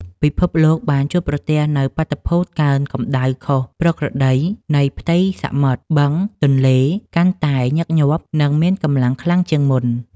ពិភពលោកបានជួបប្រទះនូវ បាតុភូតកើនកម្ដៅខុសប្រក្រតីនៃផ្ទៃសមុទ្រ បឹង ទន្លេ កាន់តែញឹកញាប់ និងមានកម្លាំងខ្លាំងជាងមុន។